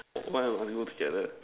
why must go together